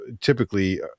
Typically